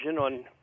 on